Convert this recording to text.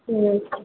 ठीक है